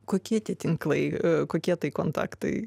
kokie tie tinklai kokie tai kontaktai